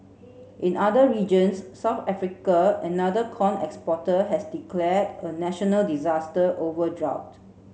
in other regions South Africa another corn exporter has declared a national disaster over drought